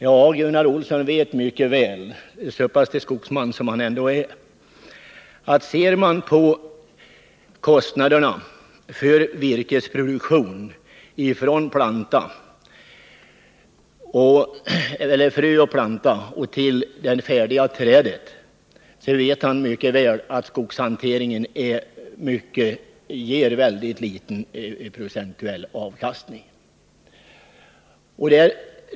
Men Gunnar Olsson vet mycket väl, så pass skogsman som han ändå är, att ser man på kostnaderna för virkesproduktion från frö och planta till det färdiga trädet, så finner man att skogshanteringen ger väldigt liten procentuell avkastning.